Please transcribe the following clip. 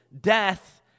death